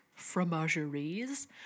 fromageries